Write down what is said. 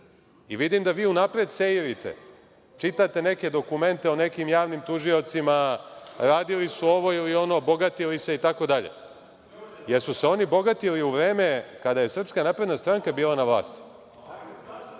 vidim da vi unapred seirite, čitate neke dokumente o nekim javnim tužiocima, radili su ovo ili ono, bogatili se itd. Jesu li se oni bogatili u vreme kada je SNS bila na vlasti? Jesu